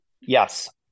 yes